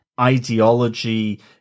ideology